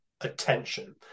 attention